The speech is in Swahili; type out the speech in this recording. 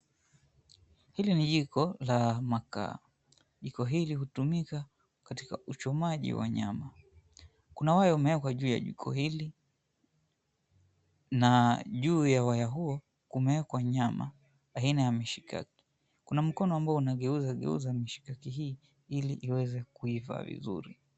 Hili ni jiko la makaa. Jiko hili hutumika katika uchomaji wa nyama. Kuna waya umeekwa juu ya jiko hili na juu ya waya huo, kumeekwa nyama aina ya mishikaki. Kuna mkono ambao unageuza geuza mishikaki hii ili iweze kuiva vizuri.